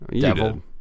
Devil